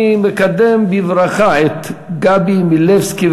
אני מקדם בברכה את גבי מילבסקי,